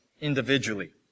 individually